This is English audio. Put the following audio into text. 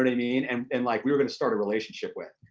and i mean and and like we were gonna start a relationship with.